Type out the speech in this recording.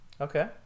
Okay